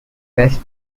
west